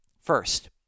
First